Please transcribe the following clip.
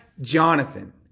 Jonathan